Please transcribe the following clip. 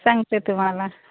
सांगते तुम्हाला